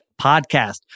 podcast